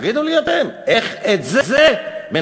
תגידו לי אתם, איך את זה מנצחים?